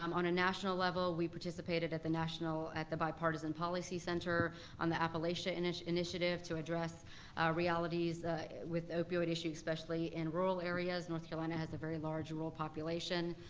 um on a national level, we participated at the national, at the bipartisan policy center on the appalachia ah initiative to address realities with opioid issues, especially in rural areas. north carolina has a very large rural population.